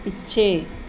ਪਿੱਛੇ